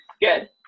Good